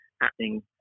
happening